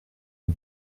une